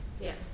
Yes